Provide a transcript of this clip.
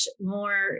more